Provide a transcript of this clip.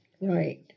Right